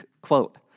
quote